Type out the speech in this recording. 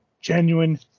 genuine